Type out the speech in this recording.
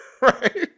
Right